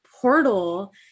portal